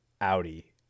audi